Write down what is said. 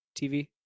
TV